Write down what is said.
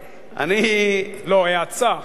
לא, האצה.